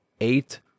eight